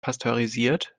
pasteurisiert